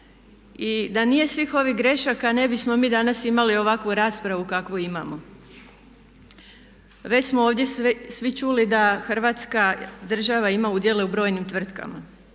I da nije svih ovih grešaka ne bismo mi danas imali ovakvu raspravu kakvu imamo. Već smo ovdje svi čuli da Hrvatska država ima udjele u brojnim tvrtkama,